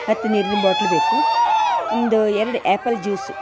ಹತ್ತು ನೀರಿನ ಬಾಟ್ಲು ಬೇಕು ಒಂದು ಎರಡು ಏಪಲ್ ಜ್ಯೂಸು